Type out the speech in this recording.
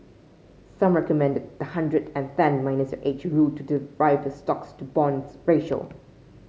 some recommend the hundred and ten minus your age rule to derive your stocks to bonds ratio